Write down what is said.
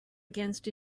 against